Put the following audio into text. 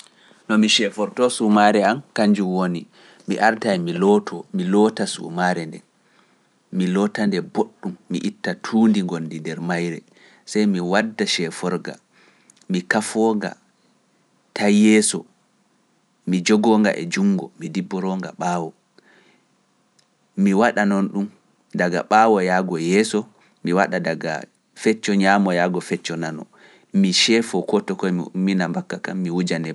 No mi sheforto sumaare an kanjum woni, mi arta e mi looto, mi loota sumaare nde, mi loota nde boɗɗum, mi itta tuundi ngondi nder mayre, sey mi wadda sheforga, mi kafoonga, tay yeeso, mi jogooga e junngo, mi dibboonga ɓaawo, mi waɗa noon ɗum daga ɓaawoyaago yeeso, mi waɗa daga fecco ñaamoyago fecco nano, mi sheefo koto koye miina bakka kam, mi wuja nebbam.